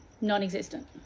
non-existent